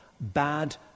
bad